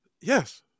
Yes